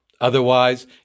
Otherwise